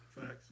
Facts